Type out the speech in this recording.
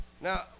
Now